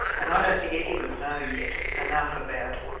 and i don't think any of us know yet enough about